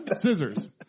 Scissor's